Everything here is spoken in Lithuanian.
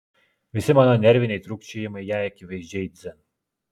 visi mano nerviniai trūkčiojimai jai akivaizdžiai dzin